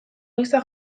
gisa